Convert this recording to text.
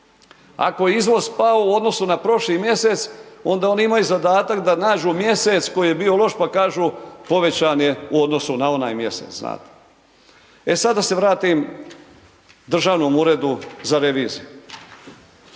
Ako je izvoz pao u odnosu na prošli mjesec onda oni imaju zadatak da nađu mjesec koji je bio loš pa kažu povećan je u odnosu na onaj mjesec, znate. E sad da se vratim Državnom uredu za reviziju.